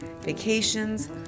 vacations